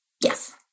Yes